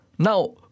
Now